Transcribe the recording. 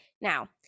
now